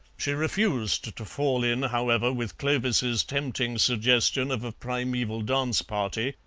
she refused to fall in, however, with clovis's tempting suggestion of a primeval dance party,